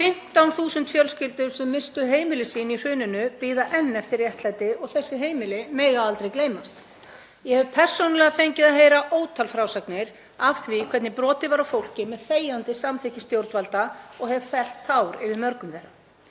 15.000 fjölskyldur sem misstu heimili sín í hruninu bíða enn eftir réttlæti og þessi heimili mega aldrei gleymast. Ég hef persónulega fengið að heyra ótal frásagnir af því hvernig brotið var á fólki með þegjandi samþykki stjórnvalda og hef fellt tár yfir mörgum þeirra